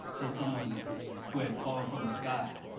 to someone who had fallen from the sky,